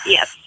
Yes